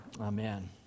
amen